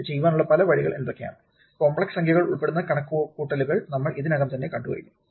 ഇത് ചെയ്യാനുള്ള പല വഴികൾ എന്തൊക്കെയാണ് കോംപ്ലക്സ് സംഖ്യകൾ ഉൾപ്പെടുന്ന കണക്കുകൂട്ടലുകകൾ നമ്മൾ ഇതിനകം തന്നെ കണ്ടു കഴിഞ്ഞു